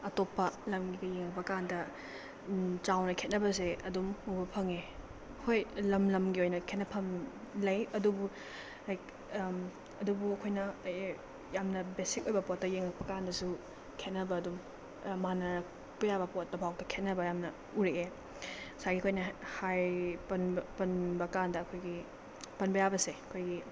ꯑꯇꯣꯞꯄ ꯂꯝꯒ ꯌꯦꯡꯕꯀꯥꯟꯗ ꯆꯥꯎꯕ ꯈꯦꯠꯅꯕꯁꯦ ꯑꯗꯨꯝ ꯎꯕ ꯐꯪꯉꯦ ꯍꯣꯏ ꯂꯝ ꯂꯝꯒꯤ ꯑꯣꯏꯅ ꯈꯦꯠꯅꯐꯝ ꯂꯩ ꯑꯗꯨꯕꯨ ꯑꯗꯨꯕꯨ ꯑꯩꯈꯣꯏꯅ ꯂꯩꯌꯦ ꯌꯥꯝꯅ ꯕꯦꯁꯤꯛ ꯑꯣꯏꯕ ꯄꯣꯠꯇ ꯌꯦꯡꯉꯛꯄꯀꯥꯟꯗꯁꯨ ꯈꯦꯠꯅꯕ ꯑꯗꯨꯝ ꯃꯥꯟꯅꯔꯛꯄ ꯌꯥꯕ ꯄꯣꯠꯇ ꯐꯥꯎꯗ ꯈꯦꯠꯅꯕ ꯌꯥꯝꯅ ꯎꯔꯛꯑꯦ ꯉꯁꯥꯏꯒꯤ ꯑꯩꯈꯣꯏꯅ ꯍꯥꯏ ꯄꯟꯕꯀꯥꯟꯗ ꯑꯩꯈꯣꯏꯒꯤ ꯄꯟꯕ ꯌꯥꯕꯁꯦ ꯑꯩꯈꯣꯏꯒꯤ